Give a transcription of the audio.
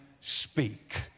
speak